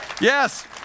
Yes